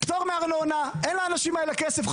פטור מארנונה, אין לאנשים האלה כסף.